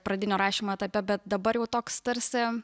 pradinio rašymo etape bet dabar jau toks tarsi